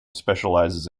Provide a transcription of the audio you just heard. specialises